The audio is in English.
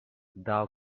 thou